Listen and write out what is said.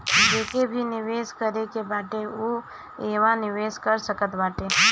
जेके भी निवेश करे के बाटे उ इहवा निवेश कर सकत बाटे